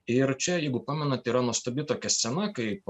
ir čia jeigu pamenat yra nuostabi tokia scena kaip